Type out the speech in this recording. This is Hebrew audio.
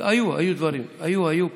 היו, היו דברים, היו פעמים.